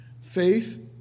faith